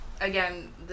again